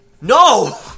No